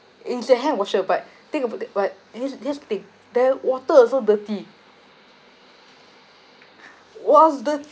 it's a hand washer but think but this this thing that water also dirty was